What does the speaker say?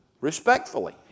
respectfully